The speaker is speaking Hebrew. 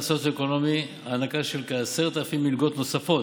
סוציו-אקונומי: הענקה של כ-10,000 מלגות נוספות,